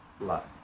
love